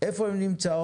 איפה הן נמצאות,